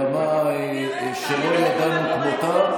ברמה שלא ידענו כמותה,